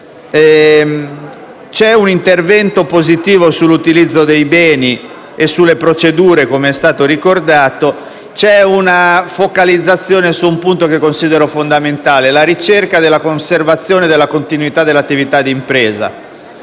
un intervento positivo sull'utilizzo dei beni e sulle procedure, com'è stato ricordato. Vi è una focalizzazione su un punto che considero fondamentale: la ricerca della conservazione dell'attività d'impresa.